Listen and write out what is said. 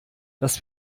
dass